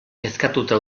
kezkatuta